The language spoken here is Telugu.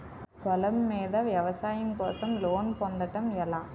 పొలం మీద వ్యవసాయం కోసం లోన్ పొందటం ఎలా?